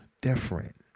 Different